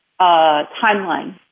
timeline